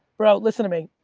bro, listen to me.